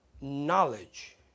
knowledge